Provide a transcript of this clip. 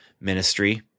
ministry